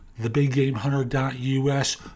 TheBigGameHunter.us